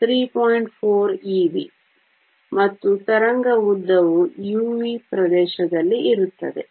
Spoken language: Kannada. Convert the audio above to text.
4 eV ಮತ್ತು ತರಂಗ ಉದ್ದವು UV ಪ್ರದೇಶದಲ್ಲಿ ಇರುತ್ತದೆ